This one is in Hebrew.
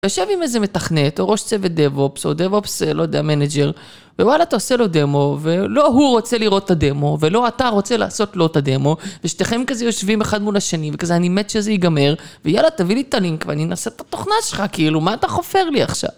יושב עם איזה מתכנת, או ראש צוות דאבופס, או דאבופס, לא יודע, מנאג'ר, ווואלה, אתה עושה לו דמו, ולא הוא רוצה לראות את הדמו, ולא אתה רוצה לעשות לו את הדמו, ושתיכם כזה יושבים אחד מול השני, וכזה אני מת שזה ייגמר, ויאללה, תביא לי את הלינק ואני אנסה את התוכנה שלך, כאילו, מה אתה חופר לי עכשיו?